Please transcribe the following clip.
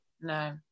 No